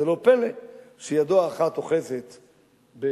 זה לא פלא שידו האחת אוחזת בקולמוס,